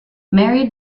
married